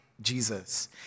Jesus